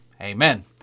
Amen